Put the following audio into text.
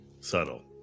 Subtle